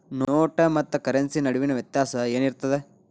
ನೋಟ ಮತ್ತ ಕರೆನ್ಸಿ ನಡುವಿನ ವ್ಯತ್ಯಾಸ ಏನಿರ್ತದ?